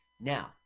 Now